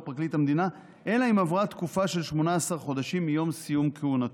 פרקליט המדינה אלא אם כן עברה תקופה של 18 חודשים מיום סיום כהונתו,